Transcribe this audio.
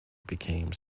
became